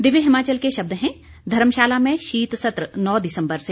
दिव्य हिमाचल के शब्द हैं धर्मशाला में शीत सत्र नौ दिसम्बर से